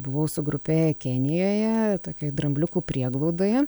buvau su grupe kenijoje tokioj drambliukų prieglaudoje